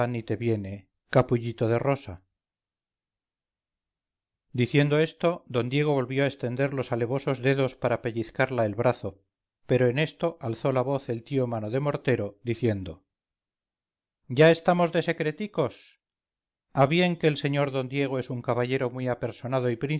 ni te viene capullito de rosa diciendo esto d diego volvió a extender los alevosos dedos para pellizcarla el brazo pero en esto alzó la voz el tío mano de mortero diciendo ya estamos de secreticos a bien que el sr d diego es un caballero muy apersonado